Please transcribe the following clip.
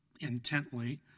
intently